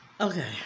Okay